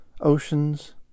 oceans